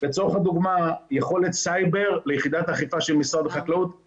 לצורך הדוגמה יכולת סייבר ליחידת אכיפה של משרד החקלאות,